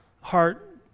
heart